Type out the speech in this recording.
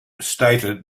stated